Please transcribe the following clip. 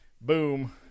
Boom